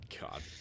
God